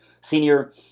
senior